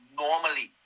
normally